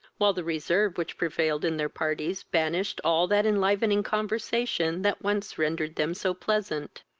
while the reserve which prevailed in their parties banished all that enlivening conversation that once rendered them so pleasant.